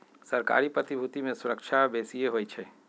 सरकारी प्रतिभूति में सूरक्षा बेशिए होइ छइ